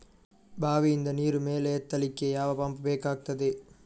ಬಾವಿಯಿಂದ ನೀರು ಮೇಲೆ ಎತ್ತಲಿಕ್ಕೆ ಯಾವ ಪಂಪ್ ಬೇಕಗ್ತಾದೆ?